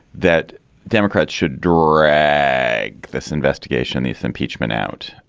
that democrats should draw yeah like this investigation, this impeachment out,